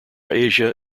asia